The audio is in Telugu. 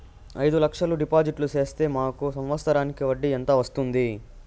అయిదు లక్షలు డిపాజిట్లు సేస్తే మాకు సంవత్సరానికి వడ్డీ ఎంత వస్తుంది?